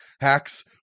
Hacks